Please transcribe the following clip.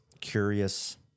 curious